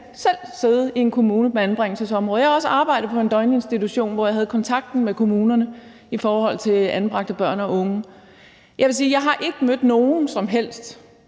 selv siddet i en kommune med anbringelsesområdet, og jeg har også arbejdet på en døgninstitution, hvor jeg havde kontakten med kommunen i forhold til anbragte børn og unge. Og jeg vil sige, at jeg ikke har mødt nogen i de